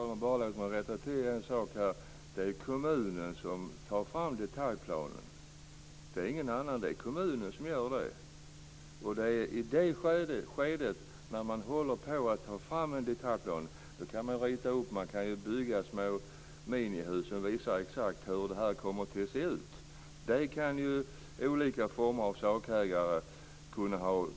Fru talman! Låt mig bara rätta till en sak. Det är kommunen som tar fram detaljplanen, ingen annan. I det skede när man håller på att ta fram en detaljplan kan man exakt visa hur bebyggelsen kommer att se ut, på ritning och i form av modell.